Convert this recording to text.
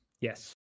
Yes